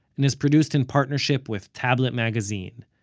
and is produced in partnership with tablet magazine.